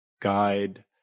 guide